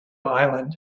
island